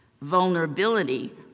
vulnerability